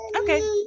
okay